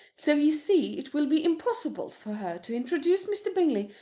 so you see it will be impossible for her to introduce mr. bingley,